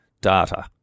data